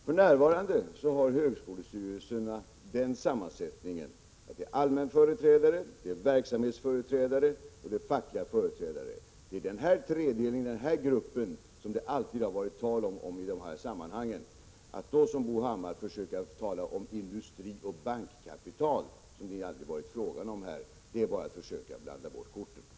Herr talman! För närvarande har högskolestyrelserna den sammansättningen att där finns allmänföreträdare, verksamhetsföreträdare och fackliga företrädare. Det är denna tredelning det alltid har varit tal om i dessa sammanhang. Att som Bo Hammar tala om industrioch bankkapital, som det aldrig varit fråga om, är bara ett försök att blanda bort korten.